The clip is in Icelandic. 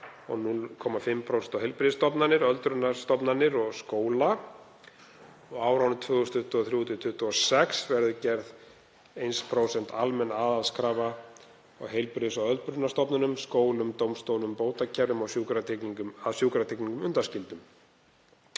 og 0,5% á heilbrigðisstofnanir, öldrunarstofnanir og skóla. Á árunum 2023–2026 verður gerð 1% almenn aðhaldskrafa að heilbrigðis- og öldrunarstofnunum, skólum, dómstólum, bótakerfum og sjúkratryggingum undanskildum.